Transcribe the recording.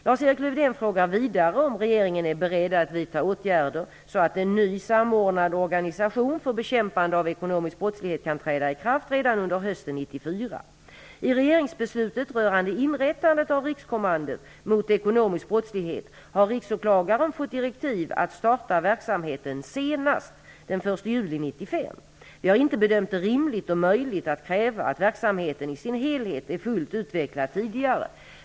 Lars-Erik Lövdén frågar vidare om regeringen är beredd att vidta åtgärder så att en ny samordnad organisation för bekämpande av ekonomisk brottslighet kan träda i kraft redan under hösten Riksåklagaren fått direktiv att starta verksamheten senast den 1 juli 1995. Vi har inte bedömt det rimligt och möjlighet att kräva att verksamheten i sin helhet är fullt utvecklad tidigare.